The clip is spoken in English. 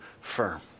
firm